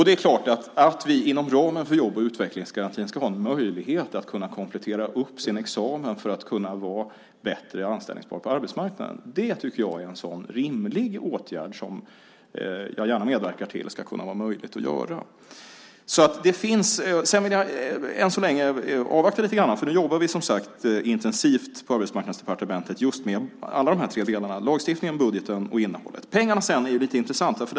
Det är klart att man inom ramen för jobb och utvecklingsgarantin ska ha en möjlighet att komplettera sin examen för att kunna vara bättre anställningsbar på arbetsmarknaden. Det tycker jag är en sådan rimlig åtgärd som jag gärna medverkar till ska vara möjlig. Jag vill än så länge avvakta lite grann. Nu jobbar vi som sagt intensivt på Arbetsmarknadsdepartementet just med alla de här tre delarna: lagstiftningen, budgeten och innehållet. Pengarna är en lite intressant fråga.